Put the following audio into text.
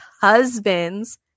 husbands